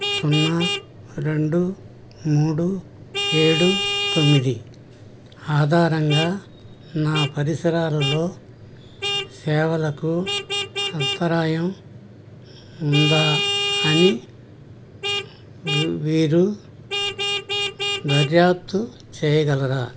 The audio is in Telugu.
సున్నా రెండు మూడు ఏడు తొమ్మిది ఆధారంగా నా పరిసరాల్లో సేవలకు అంతరాయం ఉందా అని వీరు దర్యాప్తు చేయగలరా